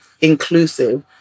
inclusive